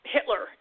Hitler